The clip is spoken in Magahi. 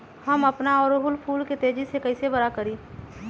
हम अपना ओरहूल फूल के तेजी से कई से बड़ा करी?